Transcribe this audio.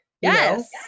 yes